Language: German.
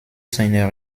seiner